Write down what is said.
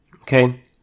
okay